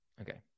Okay